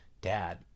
dad